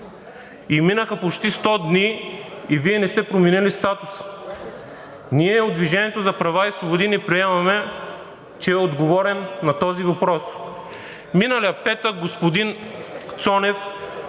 и минаха почти 100 дни, и Вие не сте променили статуса. Ние от „Движение за права и свободи“ не приемаме, че е отговорено на този въпрос. Миналия петък господин Цонев